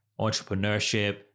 entrepreneurship